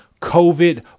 COVID